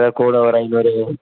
sir கூட ஒரு ஐநூறு